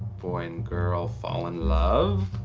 boy and girl fall in love.